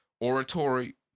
oratory